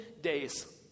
days